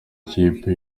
kipe